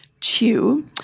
chew